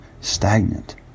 stagnant